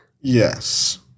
Yes